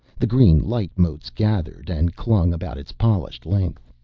the green light-motes gathered and clung about its polished length.